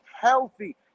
healthy